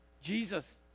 Jesus